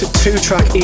two-track